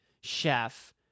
chef